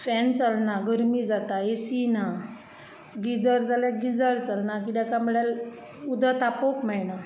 fan चलना गर्मी जाता एसी ना गिझर जाल्यार गिझर चलना कित्याक कांय म्हळ्यार उदक तापोवंक मेळना